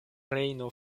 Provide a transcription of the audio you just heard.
rejno